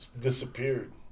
disappeared